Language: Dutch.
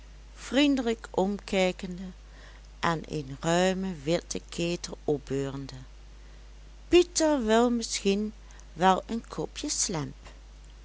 vriendelijk omkijkende en een ruimen witten ketel opbeurende pieter wil misschien wel een kopje slemp